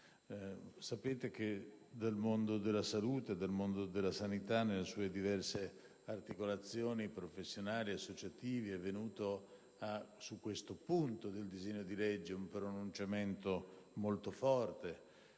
Sapete che dal mondo della salute, dal mondo della sanità nelle sue diverse articolazioni professionali e associative è venuto su questo punto del disegno di legge un pronunciamento molto forte.